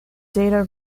data